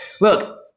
Look